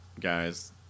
guys